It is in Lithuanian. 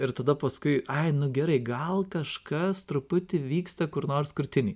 ir tada paskui ai nu gerai gal kažkas truputį vyksta kur nors krūtinėj